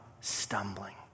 stumbling